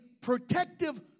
protective